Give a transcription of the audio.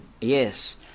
Yes